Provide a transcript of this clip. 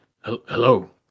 Hello